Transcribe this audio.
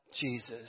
Jesus